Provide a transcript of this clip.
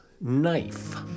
knife